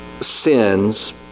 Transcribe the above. sins